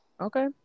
okay